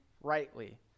rightly